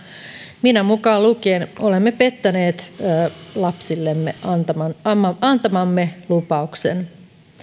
kaikki yhteiskuntana minä mukaan lukien olemme pettäneet lapsillemme antamamme antamamme lupauksen